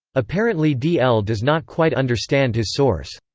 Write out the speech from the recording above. apparently d l. does not quite understand his source.